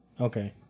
Okay